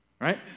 Right